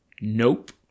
Nope